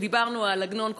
דיברנו על עגנון,